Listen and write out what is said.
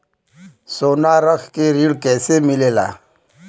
सोना रख के ऋण कैसे मिलेला?